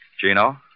Gino